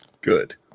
good